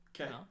Okay